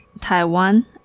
taiwan